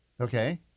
Okay